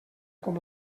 com